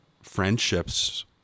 friendships